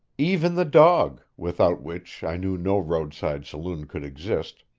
even the dog, without which i knew no roadside saloon could exist,